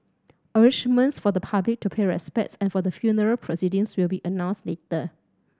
arrangements for the public to pay respects and for the funeral proceedings will be announced later